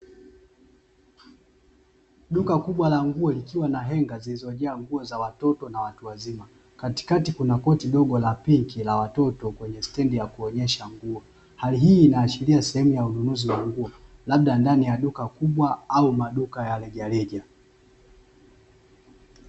Duka kubwa la nguo likiwa na henga zilizojaa nguo za watoto na watu wazima, katikati kunakoti dogo la pinki la watoto kwenye stendi ya kuonyesha nguo, hali hii inaashiria sehemu ya ununuzi wa nguo labda ndani ya duka kubwa au maduka ya rejareja.